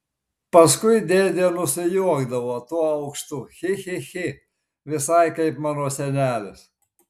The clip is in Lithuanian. paskui dėdė nusijuokdavo tuo aukštu chi chi chi visai kaip mano senelis